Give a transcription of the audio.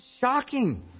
shocking